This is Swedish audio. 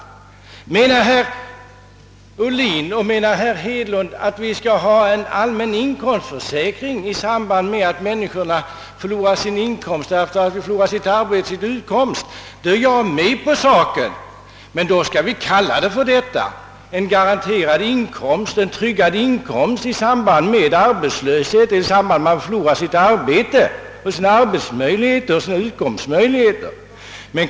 Om herr Ohlin och herr Hedlund menar att vi skall ha en allmän inkomstförsäkring för den händelse människorna förlorar sina utkomstmöjligheter är jag med på det, men då skall vi kalla det en garanterad inkomst i samband med att man förlorar sina utkomstmöjligheter.